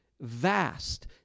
vast